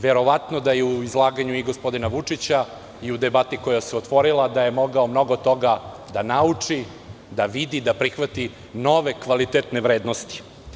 Verovatno da je u izlaganju gospodina Vučića i u debati koja se otvorila mogao mnogo toga da nauči, da vidi, da prihvati nove kvalitetne vrednosti.